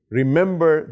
remember